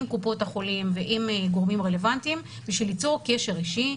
עם קופות החולים ועם גורמים רלוונטיים כדי ליצור קשר אישי,